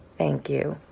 thank you.